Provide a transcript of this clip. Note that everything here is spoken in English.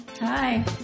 hi